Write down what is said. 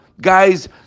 guys